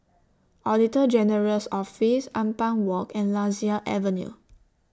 Auditor General's Office Ampang Walk and Lasia Avenue